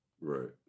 Right